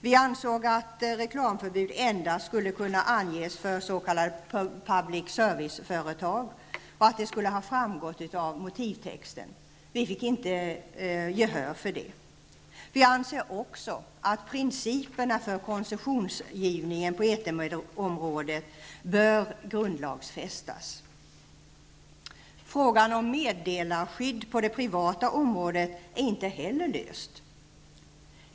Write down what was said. Vi anser att reklamförbud endast skulle kunna anges för s.k. Public service-företag och att det skulle ha framgått av motivtexten. Vi har inte fått gehör för detta. Vi anser också att principerna för koncessionsgivningen på etermedieområdet bör grundlagsfästas. Frågan om meddelarskydd på det privata området är inte heller löst.